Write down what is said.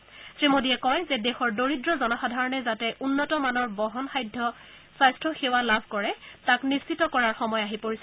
এই কথা প্ৰকাশ কৰি শ্ৰীমোডীয়ে কয় যে দেশৰ দৰিদ্ৰ জনসাধাৰণে যাতে উন্নত মানৰ বহন সাধ্য স্বাস্থ্য সেৱা লাভ কৰে তাক নিশ্চিত কৰাৰ সময় আহি পৰিছে